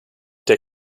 der